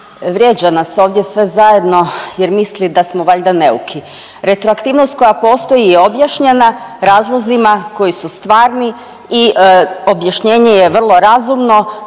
Vrijeđa nas ovdje sve zajedno jer misli da smo valjda neuki. Retroaktivnost koja postoji je objašnjena razlozima koji su stvarni i objašnjenje je vrlo razumno,